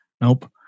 Nope